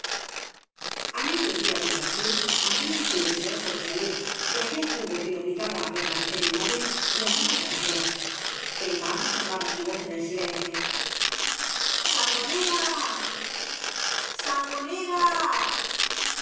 a mediodía don joaquín hambriento y deseosa de salir de aqoel cubo que le obligaba á permanecer inmóvil llamó al barquero en vano sonaba su voz en el siieecio sangonera